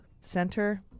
Center